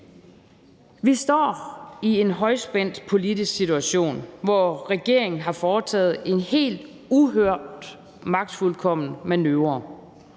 Vi står i en højspændt politisk situation, hvor regeringen har foretaget en helt uhørt magtfuldkommen manøvre.